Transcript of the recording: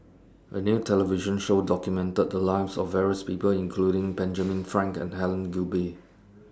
A New television Show documented The Lives of various People including Benjamin Frank and Helen Gilbey